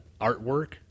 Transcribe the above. artwork